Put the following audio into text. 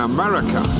America